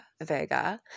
Vega